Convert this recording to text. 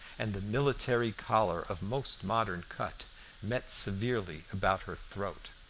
and the military collar of most modern cut met severely about her throat.